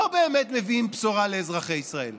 לא באמת מביאים בשורה לאזרחי ישראל.